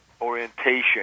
orientation